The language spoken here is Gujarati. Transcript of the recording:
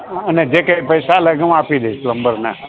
અને જે કઈ પૈસા લાગે હું આપી દઇશ પ્લંબરને